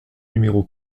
numéro